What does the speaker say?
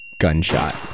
gunshot